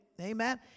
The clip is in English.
amen